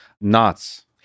knots